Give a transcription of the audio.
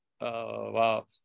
wow